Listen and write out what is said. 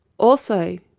also,